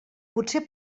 potser